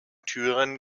türen